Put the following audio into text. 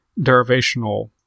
derivational